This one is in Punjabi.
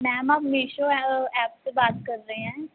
ਮੈਮ ਆਪ ਮਿਸ਼ੋ ਐਪ ਸੇ ਬਾਤ ਕਰ ਰਹੇ ਹੈ